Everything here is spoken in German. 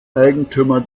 eigentümer